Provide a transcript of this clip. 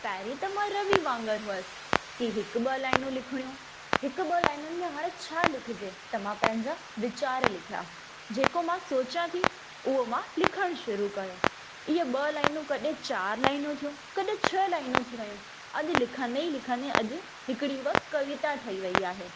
पहिरीं त मां रवि वांगुर हुअसि की हिकु ॿ लाईनूं लिखिणियूं हिकु ॿ लाईनुनि में हाणे छा लिखिजे त मां पंहिंजा वीचार लिखया जेको मां सोचियां थी उहो मां लिखण शूरू कयो इहे ॿ लाईनूं कॾहिं चारि लाईनूं थियूं कॾहिं छ लाईनूं थी वियूं अॼु लिखंदे ई लिखंदे अॼु हिकिड़ी ॿ कविता ठही वई आहे